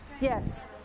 Yes